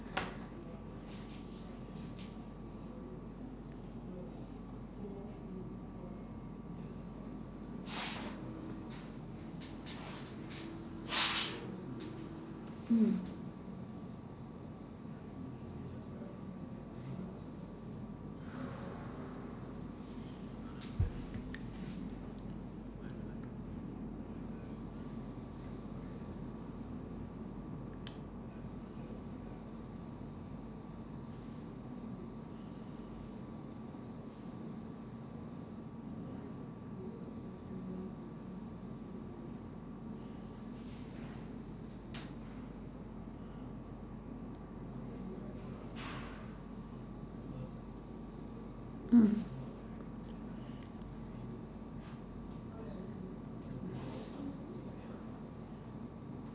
mm mm